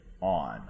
on